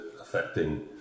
affecting